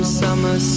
summer